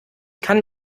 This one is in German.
kann